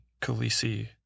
Khaleesi